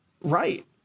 Right